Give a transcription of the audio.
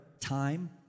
time